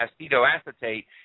acetoacetate